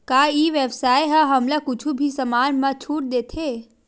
का ई व्यवसाय ह हमला कुछु भी समान मा छुट देथे?